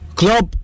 club